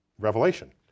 Revelation